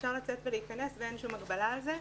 אפשר לצאת ולהיכנס, ואין שום הגבלה על זה.